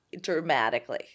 dramatically